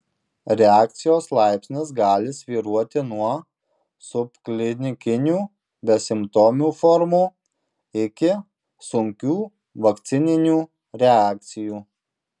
reakcijos laipsnis gali svyruoti nuo subklinikinių besimptomių formų iki sunkių vakcininių reakcijų